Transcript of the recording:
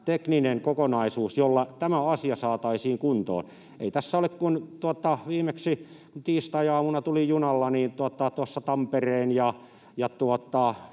tekninen kokonaisuus, jolla tämä asia saataisiin kuntoon. Viimeksi kun tiistaiaamuna tulin junalla, niin tuossa Tampereen ja